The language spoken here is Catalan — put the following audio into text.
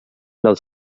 del